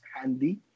handy